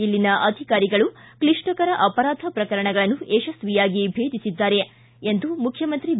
ಇಲ್ಲಿನ ಅಧಿಕಾರಿಗಳು ಕ್ಲಿಪ್ಟಕರ ಅಪರಾಧ ಪ್ರಕರಣಗಳನ್ನು ಯಶಸ್ವಿಯಾಗಿ ಭೇದಿಸಿದ್ದಾರೆ ಎಂದು ಮುಖ್ಯಮಂತ್ರಿ ಬಿ